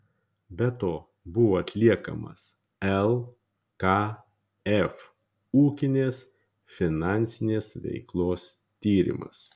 be to buvo atliekamas lkf ūkinės finansinės veiklos tyrimas